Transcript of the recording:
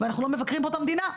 ואנחנו לא מבקרים פה את המדינה,